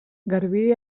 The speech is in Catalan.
garbí